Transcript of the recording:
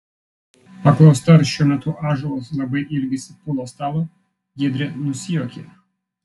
paklausta ar šiuo metu ąžuolas labai ilgisi pulo stalo giedrė nusijuokė